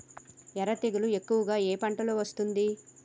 ఎర్ర తెగులు ఎక్కువగా ఏ పంటలో వస్తుంది?